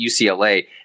UCLA